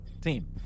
team